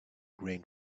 grain